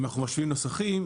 אם אנחנו משווים נוסחים,